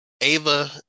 Ava